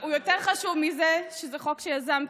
הוא יותר חשוב מזה שזה חוק שיזמתי.